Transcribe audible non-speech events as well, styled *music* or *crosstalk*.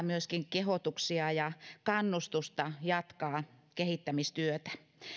*unintelligible* myöskin kehotuksia ja kannustusta jatkaa kehittämistyötä